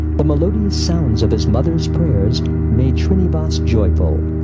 the melodious sounds of his mother's prayers made shrinivas joyful,